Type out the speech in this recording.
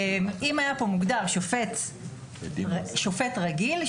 אם היה מוגדר כאן שופט רגיל,